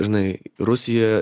žinai rusijoj